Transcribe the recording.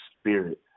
spirit